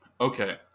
Okay